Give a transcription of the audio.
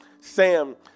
Sam